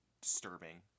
disturbing